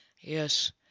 Yes